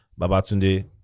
Babatunde